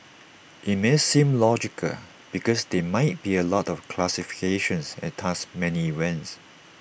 IT may seem logical because there might be A lot of classifications and thus many events